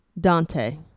Dante